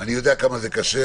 אני יודע כמה זה קשה,